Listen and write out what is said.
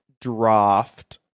draft